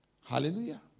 Hallelujah